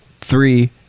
three